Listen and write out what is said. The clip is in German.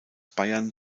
bayern